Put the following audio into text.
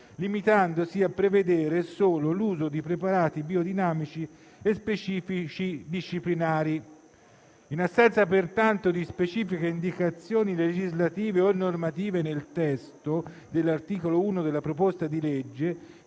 limitandosi a prevedere solo l'uso di preparati biodinamici e specifici disciplinari. In assenza pertanto di specifiche indicazioni normative nell'articolo 1 del disegno di legge